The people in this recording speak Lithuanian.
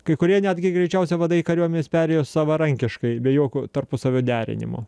kai kurie netgi greičiausiai vadai kariuomenės perėjo savarankiškai be jokio tarpusavio derinimo